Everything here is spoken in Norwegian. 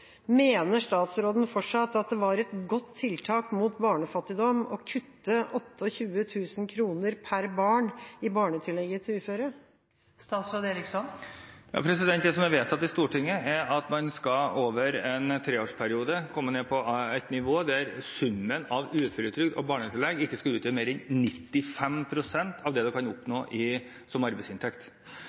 Mener statsråden fortsatt at det var et godt tiltak mot barnefattigdom å kutte 28 000 kr per barn i barnetillegget til uføre? Det som er vedtatt i Stortinget, er at man over en treårsperiode skal komme ned på et nivå der summen av uføretrygd og barnetillegg ikke skal utgjøre mer enn 95 pst. av det man hadde som arbeidsinntekt. For 2016 ligger kompensasjonsgraden på 110 pst. av hva du hadde i arbeidsinntekt.